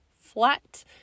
flat